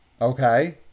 Okay